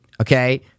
Okay